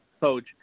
coach